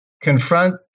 confront